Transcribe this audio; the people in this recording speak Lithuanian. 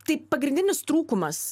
tai pagrindinis trūkumas